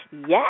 Yes